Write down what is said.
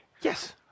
Yes